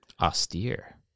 Austere